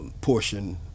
portion